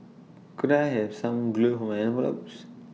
could I have some glue for my envelopes